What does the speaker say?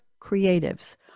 creatives